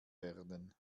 werden